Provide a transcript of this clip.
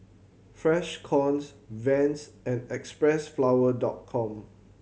Freshkons Vans and Xpressflower Dot Com